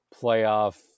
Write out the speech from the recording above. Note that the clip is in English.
playoff